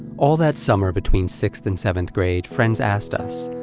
all that summer between sixth and seventh grade, friends asked us,